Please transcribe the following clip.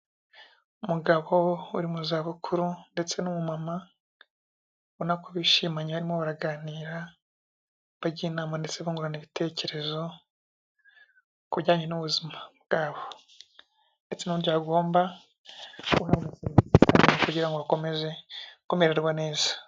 Umugabo uri mu za bukuru ndetse nu mu mama ubonako bishimanye barimo baraganira bajya inama ndetse bungurana ibitekerezo ku bijyanye n'ubuzima bwabo ndetsenuburyo bagomba kubaho kugira ngo bakomeze kumererwa neza .